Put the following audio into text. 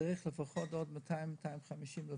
צריך לפחות עוד 200 250 מיליון שקל.